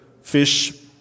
fish